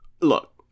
Look